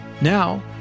Now